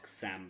Sam